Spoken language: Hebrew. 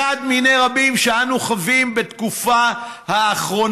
אחת מיני רבים שאנו חווים בתקופה האחרונה.